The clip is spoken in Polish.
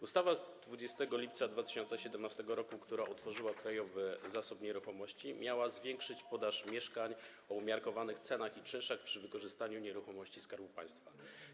Ustawa z 20 lipca 2017 r., która utworzyła Krajowy Zasób Nieruchomości, miała zwiększyć podaż mieszkań po umiarkowanych cenach i czynszach, przy wykorzystaniu nieruchomości Skarbu Państwa.